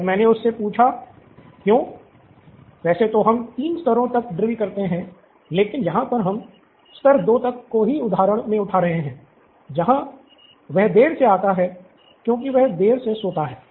जब मैंने उससे पूछा क्यों वैसे तो हम तीन स्तरों तक ड्रिल करते हैं लेकिन हम यहाँ स्तर 2 तक को ही मे उठा रहे हैं जहां वह देर से आता हैं क्योंकि वह देर से सोता हैं